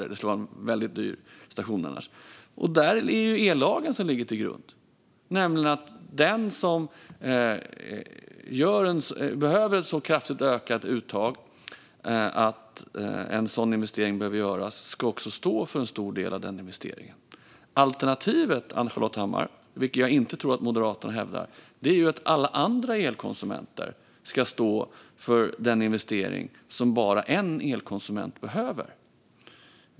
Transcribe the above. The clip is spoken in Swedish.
Annars skulle det bli en väldigt dyr station. Där ligger ellagen till grund. Den som behöver ett så pass kraftigt ökat uttag att en sådan investering behöver göras ska också stå för en stor del av den investeringen. Alternativet, Ann-Charlotte Hammar Johnsson, tror jag inte att Moderaterna hävdar, nämligen att alla andra elkonsumenter ska stå för den investering som bara en elkonsument behöver.